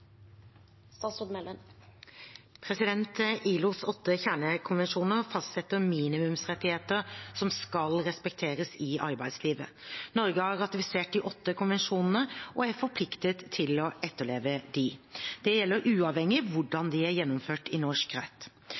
ILOs åtte kjernekonvensjoner fastsetter minimumsrettigheter som skal respekteres i arbeidslivet. Norge har ratifisert de åtte konvensjonene og er forpliktet til å etterleve dem. Dette gjelder uavhengig av hvordan de er gjennomført i norsk rett. Konvensjonene er gjennomført i norsk rett, enten ved konstatering av at norsk rett